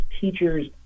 teachers